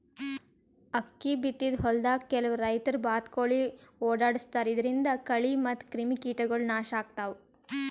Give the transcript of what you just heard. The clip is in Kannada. ಅಕ್ಕಿ ಬಿತ್ತಿದ್ ಹೊಲ್ದಾಗ್ ಕೆಲವ್ ರೈತರ್ ಬಾತ್ಕೋಳಿ ಓಡಾಡಸ್ತಾರ್ ಇದರಿಂದ ಕಳಿ ಮತ್ತ್ ಕ್ರಿಮಿಕೀಟಗೊಳ್ ನಾಶ್ ಆಗ್ತಾವ್